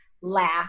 laugh